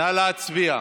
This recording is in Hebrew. נא להצביע.